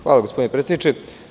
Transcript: Hvala, gospodine predsedniče.